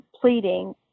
pleading